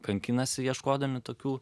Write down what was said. kankinasi ieškodami tokių